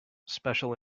special